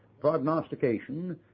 prognostication